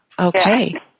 okay